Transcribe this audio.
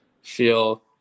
feel